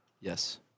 Yes